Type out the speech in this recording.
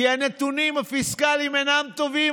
כי הנתונים הפיסקליים אינם טובים,